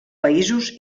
països